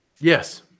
Yes